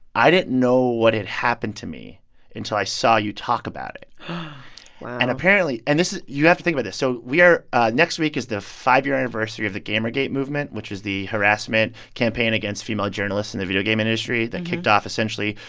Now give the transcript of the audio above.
i didn't know what had happened to me until i saw you talk about it wow and apparently and this is you have to think about but it. so we are next week is the five-year anniversary of the gamergate movement, which is the harassment campaign against female journalists in the video game industry that kicked off, essentially,